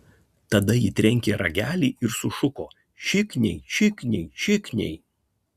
tada ji trenkė ragelį ir sušuko šikniai šikniai šikniai